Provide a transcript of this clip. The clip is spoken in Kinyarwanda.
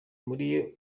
muri